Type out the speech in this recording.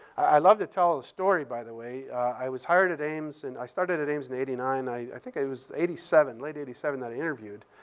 i love to tell the story, by the way. i was hired at ames, and i started at ames in eighty nine. i i think it was eighty seven, late eighty seven, that i interviewed.